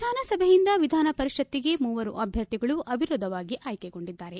ವಿಧಾನಸಭೆಯಿಂದ ವಿಧಾನ ಪರಿಷತ್ಗೆ ಮೂವರು ಅಭ್ಯರ್ಥಿಗಳು ಅವಿರೋಧವಾಗಿ ಆಯ್ಕೆಗೊಂಡಿದ್ದಾರೆ